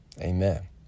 Amen